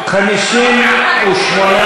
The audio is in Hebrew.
לשנת התקציב 2015,